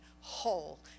whole